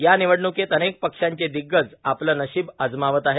या निवडणुकीत अनेक पक्षांचे दिग्गज आपलं नशीब अजमावत आहेत